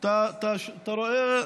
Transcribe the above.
אתה רואה,